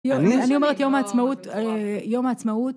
אני אומרת יום העצמאות אה יום העצמאות